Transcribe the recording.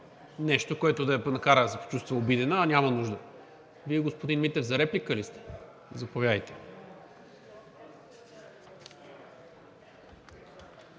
нещо, което да я накара да се почувства обидена, а няма нужда. Господин Митев, Вие за реплика ли сте? Заповядайте.